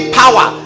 power